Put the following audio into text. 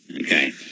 Okay